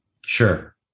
Sure